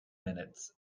minutes